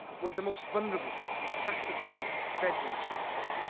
where the most vulnerable have to pay bedroom tax.